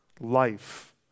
Life